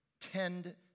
tend